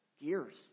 gears